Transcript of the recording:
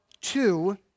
two